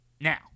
now